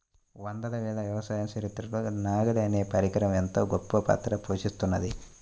వందల ఏళ్ల వ్యవసాయ చరిత్రలో నాగలి అనే పరికరం ఎంతో గొప్పపాత్ర పోషిత్తున్నది